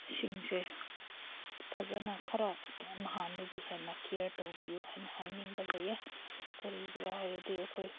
ꯁꯤꯡꯁꯦ ꯐꯖꯅ ꯈꯔ ꯅꯍꯥꯟꯗꯒꯤ ꯍꯦꯟꯅ ꯀꯤꯌꯥꯔ ꯇꯧꯕꯤꯌꯨ ꯍꯥꯏꯅ ꯍꯥꯏꯅꯤꯡꯕ ꯂꯩꯌꯦ ꯀꯔꯤꯒꯤꯔ ꯍꯥꯏꯔꯗꯤ ꯑꯩꯈꯣꯏ